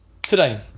Today